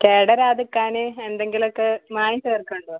കേടുവരാതിരിക്കാൻ എന്തെങ്കിലുമൊക്കെ മായം ചേർക്കുന്നുണ്ടോ